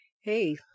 hey